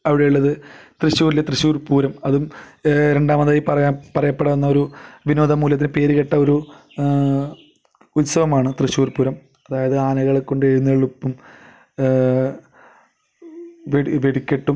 അവിടെയുള്ളത് തൃശ്ശൂരിലെ തൃശ്ശൂർ പൂരം അതും രണ്ടാമതായി പറയാം പറയപ്പെടുന്നൊരു വിനോദ മൂല്യത്തിന് പേരുകേട്ട ഒരു ഉത്സവമാണ് തൃശ്ശൂർപൂരം അതായത് ആനകളെക്കൊണ്ട് എഴുന്നള്ളിപ്പും വെടി വെടിക്കെട്ടും